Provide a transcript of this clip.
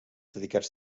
dedicats